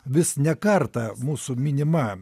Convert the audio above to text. vis ne kartą mūsų minima